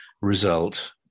result